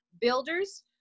builders